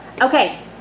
Okay